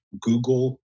Google